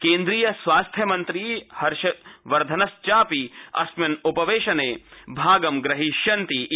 केन्द्रीयो स्वास्थ्यमन्त्री हर्षवर्धनश्चापि अस्मिन्न्पवेशने भा ं ग्रहीष्यति इति